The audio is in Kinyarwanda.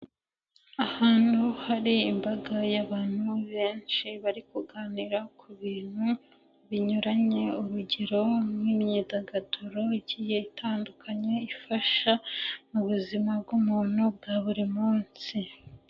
Ahantu hari imbaga y'abantu benshi bari kuganira ku bintu binyuranye, urugero nk'imyidagaduro itandukanye ifasha mu buzima bw'umuntu bwa buri munsi.